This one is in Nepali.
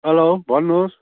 हेलो भन्नुहोस्